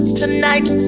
tonight